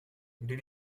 did